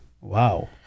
wow